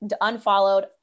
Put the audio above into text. unfollowed